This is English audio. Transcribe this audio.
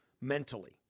mentally